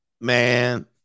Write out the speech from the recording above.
man